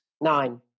Nine